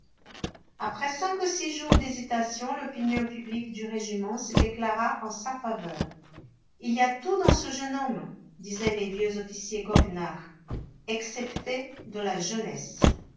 après cinq ou six jours d'hésitation l'opinion publique du régiment se déclara en sa faveur il y a tout dans ce jeune homme disaient les vieux officiers goguenards excepté de la jeunesse